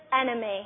enemy